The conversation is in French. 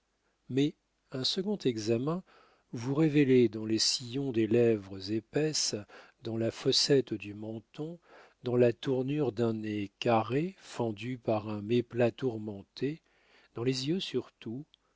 mais un second examen vous révélait dans les sillons des lèvres épaisses dans la fossette du menton dans la tournure d'un nez carré fendu par un méplat tourmenté dans les yeux surtout